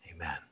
Amen